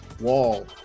wall